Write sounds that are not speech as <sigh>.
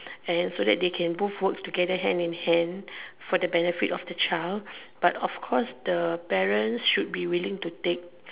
<breath> and so that they can both work together hand in hand for the benefit of the child but of course the parent should be willing to take